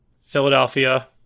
Philadelphia